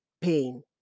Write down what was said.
pain